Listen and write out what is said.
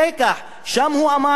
שם הוא אמר ככה: